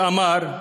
שאמר: